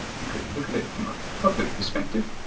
you can look at it from a public perspective,